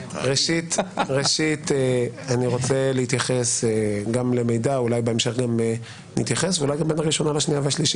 אני רוצה להתייחס גם למידע ואולי בהמשך גם בין הראשונה לשנייה והשלישית